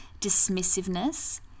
dismissiveness